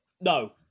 No